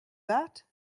that